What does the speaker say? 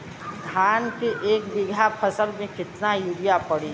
धान के एक बिघा फसल मे कितना यूरिया पड़ी?